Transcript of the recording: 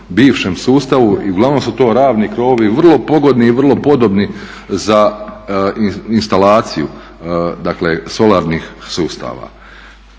bivšem sustavu i uglavnom su to ravni krovovi vrlo pogodni i vrlo podobni za instalaciju, dakle solarnih sustava.